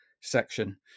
section